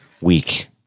week